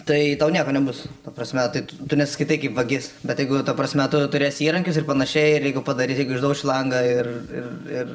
tai tau nieko nebus ta prasme tai tu nesiskaitai kaip vagis bet jeigu jau ta prasme tu turėsi įrankius ir panašiai jeigu padarys jeigu išdauši langą ir ir ir